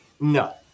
no